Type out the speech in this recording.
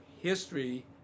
history